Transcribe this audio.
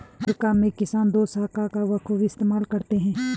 America में किसान दोशाखा का बखूबी इस्तेमाल करते हैं